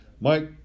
Mike